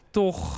toch